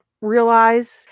realize